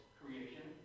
creation